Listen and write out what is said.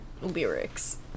Lyrics